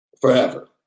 forever